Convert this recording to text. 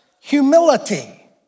humility